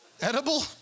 Edible